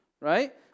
right